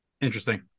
interesting